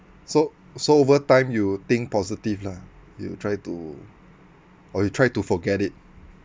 so so over time you think positive lah you try to or you try to forget it